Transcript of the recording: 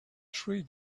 three